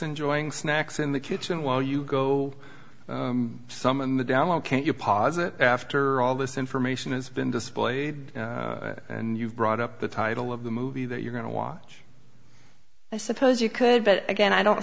enjoying snacks in the kitchen while you go some of the down low can you posit after all this information has been displayed and you brought up the title of the movie that you're going to watch i suppose you could but again i don't